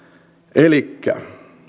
elikkä